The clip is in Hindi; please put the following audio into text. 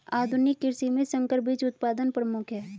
आधुनिक कृषि में संकर बीज उत्पादन प्रमुख है